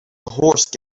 horse